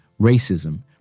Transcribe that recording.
racism